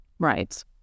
Right